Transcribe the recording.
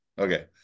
Okay